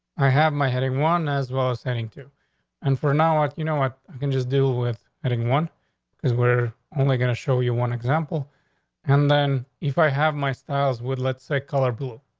i have my heading one as well, ascending to and for now, um you know what i can just do with heading one is we're only going to show you one example and then if i have my styles would, let's say color blue,